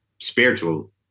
spiritual